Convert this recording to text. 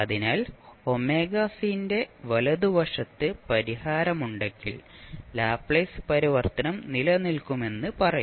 അതിനാൽ ന്റെ വലതുവശത്ത് പരിഹാരമുണ്ടെങ്കിൽ ലാപ്ലേസ് പരിവർത്തനം നിലനിൽക്കുമെന്ന് പറയും